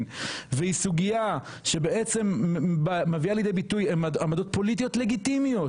והיא סוגייה שבעצם מביאה לידי ביטוי עמדות פוליטיות לגיטימיות